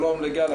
שלום לגל,